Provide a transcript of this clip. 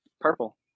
Purple